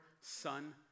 Son